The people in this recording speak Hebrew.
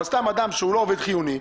אבל סתם אדם שהוא לא עובד חיוני,